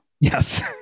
Yes